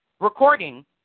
recording